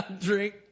drink